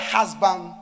husband